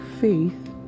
faith